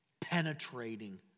penetrating